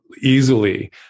easily